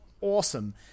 awesome